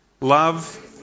love